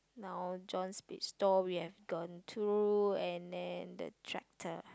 now John's pin store we have gone through and then the tractor